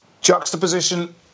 Juxtaposition